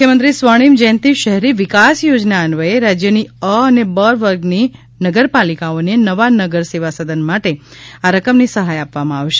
મુખ્યમંત્રી સ્વર્ણિમ જયંતી શહેરી વિકાસ યોજના અન્વયે રાજ્યની અ અને બ વર્ગની નગરપાલિકાઓને નવા નગરસેવાસદન માટે આ રકમની સહાય આપવામાં આવશે